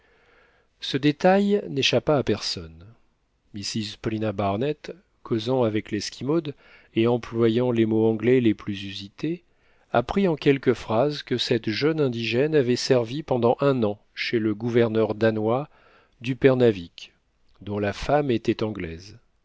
ce détail n'échappa à personne mrs paulina barnett causant avec l'esquimaude et employant les mots anglais les plus usités apprit en quelques phrases que cette jeune indigène avait servi pendant un an chez le gouverneur danois d'uppernawik dont la femme était anglaise